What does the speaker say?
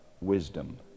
wisdom